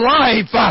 life